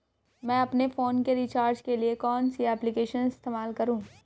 मैं अपने फोन के रिचार्ज के लिए कौन सी एप्लिकेशन इस्तेमाल करूँ?